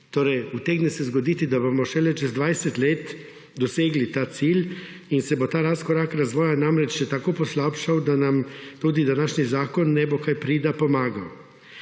Torej utegne se zgoditi, da bomo šele čez 20 let dosegli ta cilj in se bo ta razkorak razvoja namreč še tako poslabšal, da nam tudi današnji zakon ne bo kaj prida pomagal.